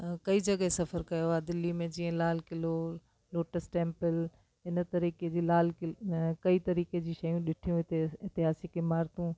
कई जॻह सफ़र कयो आ्हे दिल्ली में जीअं लाल किलो लोटस टैंपल इन तरीक़े जी लाल किले कई तरीक़े जी शयूं ॾिठियूं हिते इतिहासिक इमारतू